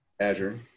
Azure